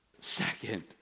second